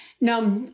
Now